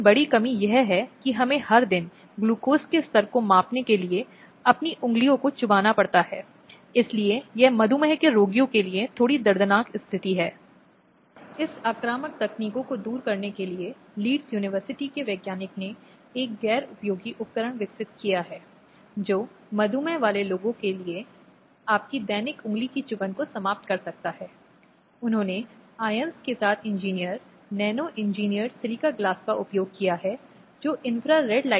लेकिन जैसा कि मैंने हमने कहा है कि महिलाओं और उसकी शारीरिक अखंडता की रक्षा के लिए नहीं बल्कि पुरुष शरीर पर पुरुष के नियंत्रण और प्रभुत्व की रक्षा के लिए बनाए गए कानून थे